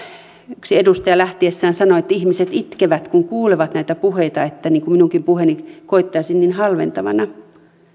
yksi edustaja lähtiessään sanoi että ihmiset itkevät kun kuulevat näitä puheita ja että minunkin puheeni koettaisiin niin halventavana